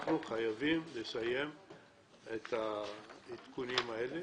חייבים לסיים את העדכונים האלה